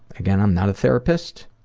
again i'm not a therapist,